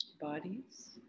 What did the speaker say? bodies